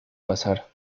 pasar